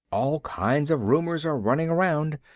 all kinds of rumors are running around.